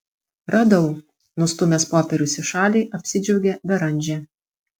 radau nustūmęs popierius į šalį apsidžiaugė beranžė